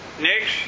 Next